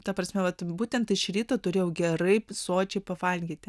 ta prasme vat būtent iš ryto turėjau gerai sočiai pavalgyti